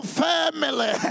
family